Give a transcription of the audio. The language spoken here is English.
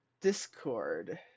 Discord